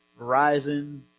Verizon